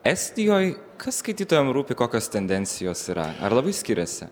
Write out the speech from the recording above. estijoj kas skaitytojam rūpi kokios tendencijos yra ar labai skiriasi